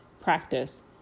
practice